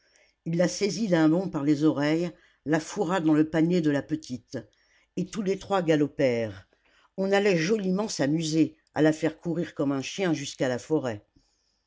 il la saisit d'un bond par les oreilles la fourra dans le panier de la petite et tous les trois galopèrent on allait joliment s'amuser à la faire courir comme un chien jusqu'à la forêt